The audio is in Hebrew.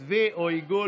v או עיגול.